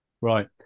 Right